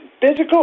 physical